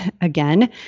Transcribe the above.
again